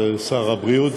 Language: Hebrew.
שר הבריאות,